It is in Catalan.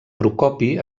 procopi